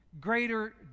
greater